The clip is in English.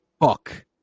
Fuck